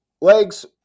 Legs